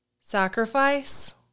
sacrifice